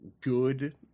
good